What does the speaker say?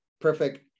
Perfect